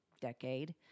decade